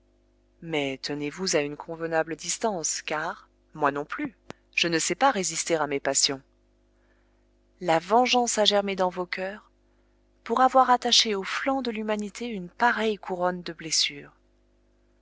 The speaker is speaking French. à mes passions la vengeance a germé dans vos coeurs pour avoir attaché au flanc de l'humanité une pareille couronne de blessures